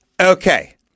Okay